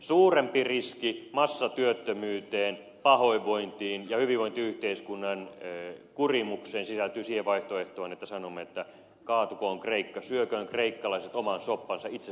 suurempi riski massatyöttömyyteen pahoinvointiin ja hyvinvointiyhteiskunnan kurimukseen sisältyy siihen vaihtoehtoon että sanomme että kaatukoon kreikka syökööt kreikkalaiset oman soppansa itse sen ovat keittäneet